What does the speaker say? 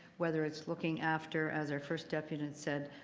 whether it's looking after, as our first debutant said,